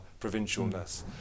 provincialness